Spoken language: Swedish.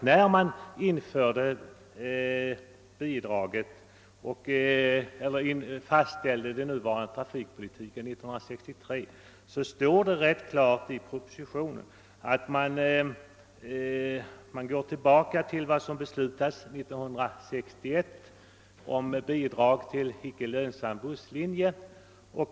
Men jag vill ändå framhålla att det när den nuvarande trafikpolitiken fastställdes 1963 i propositionen klart hänvisades till den erfarenhet man hade av vad som beslutades 1961 om bidrag till icke lönsam busslinje.